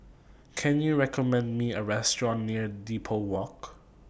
Can YOU recommend Me A Restaurant near Depot Walk